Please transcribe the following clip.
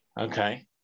Okay